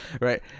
right